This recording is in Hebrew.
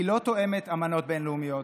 היא לא תואמת אמנות בין-לאומיות,